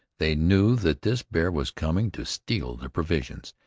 they knew that this bear was coming to steal their provisions,